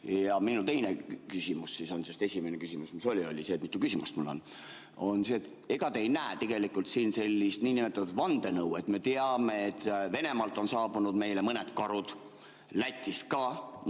Ja minu teine küsimus – sest esimene küsimus, mis oli, oli see, et mitu küsimust mul on – on see, et ega te ei näe siin sellist nn vandenõu. Me teame, et Venemaalt on saabunud meile mõned karud, Lätist ka.